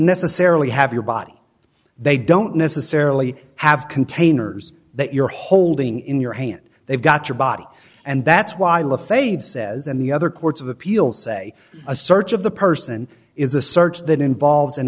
necessarily have your body they don't necessarily have containers that you're holding in your hand they've got your body and that's why lafave says and the other courts of appeals say a search of the person is a search that involves an